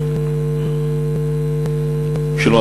שלום,